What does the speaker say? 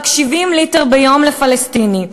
רק 70 ליטר ביום לפלסטיני.